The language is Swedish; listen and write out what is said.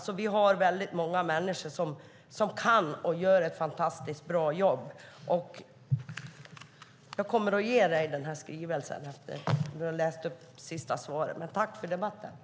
Vi har väldigt många människor som gör ett fantastiskt bra jobb. Jag kommer att ge ministern den här skrivelsen efter hennes sista inlägg.